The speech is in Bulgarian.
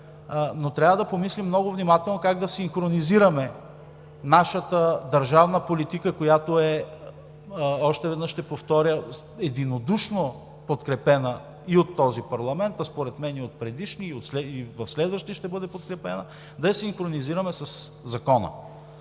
но трябва да помислим много внимателно как да синхронизираме нашата държавна политика, която, още веднъж ще повторя, е единодушно подкрепена и от този парламент, а според мен и от предишния, и в следващия ще бъде подкрепена, да я синхронизираме със Закона.